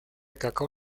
cacao